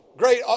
Great